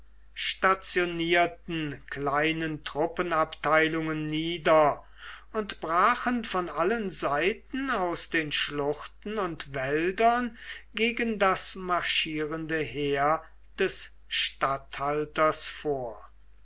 stationierten kleinen truppenabteilungen nieder und brachen von allen seiten aus den schluchten und wäldern gegen das marschierende heer des statthalters vor